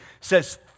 says